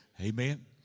Amen